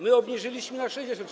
My obniżyliśmy na 60 lat.